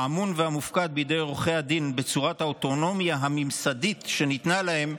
האמון המופקד בידי עורכי הדין בצורת האוטונומיה הממסדית שניתנה להם,